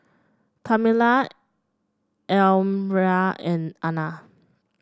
Tamela Elmyra and Ana